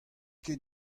ket